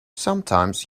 sometimes